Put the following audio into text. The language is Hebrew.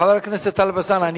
חבר הכנסת טלב אלסאנע,